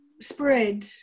spread